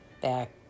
back